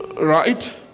Right